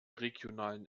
regionalen